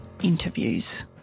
Interviews